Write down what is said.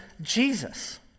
Jesus